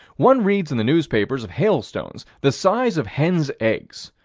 one reads in the newspapers of hailstones the size of hens' eggs.